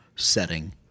setting